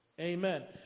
Amen